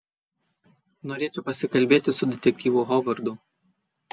norėčiau pasikalbėti su detektyvu hovardu